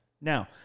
Now